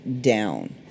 down